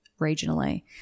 regionally